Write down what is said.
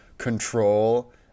control